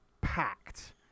packed